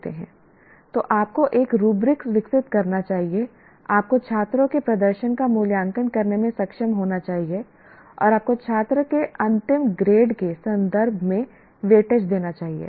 तो आपको एक रूब्रिक विकसित करना चाहिए आपको छात्रों के प्रदर्शन का मूल्यांकन करने में सक्षम होना चाहिए और आपको छात्र के अंतिम ग्रेड के संदर्भ में वेटेज देना चाहिए